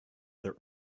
their